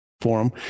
forum